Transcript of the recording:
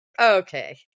okay